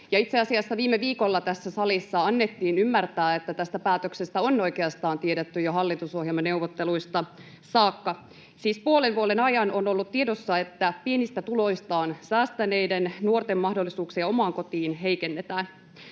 itse asiassa viime viikolla tässä salissa annettiin ymmärtää, että tästä päätöksestä on oikeastaan tiedetty jo hallitusohjelmaneuvotteluista saakka — siis puolen vuoden ajan on ollut tiedossa, että pienistä tuloistaan säästäneiden nuorten mahdollisuuksia omaan kotiin heikennetään.